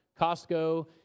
Costco